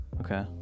okay